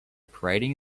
parading